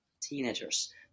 teenagers